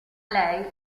lei